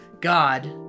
God